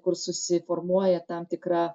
kur susiformuoja tam tikra